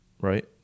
right